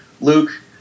Luke